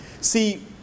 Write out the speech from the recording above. See